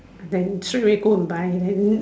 then straightaway go and buy then